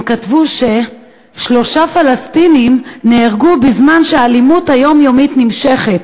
הם כתבו ששלושה פלסטינים נהרגו בזמן שהאלימות היומיומית נמשכת.